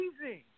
amazing